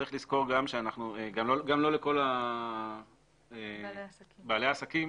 צריך לזכור שגם לא כל בעלי העסקים